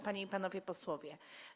Panie i Panowie Posłowie!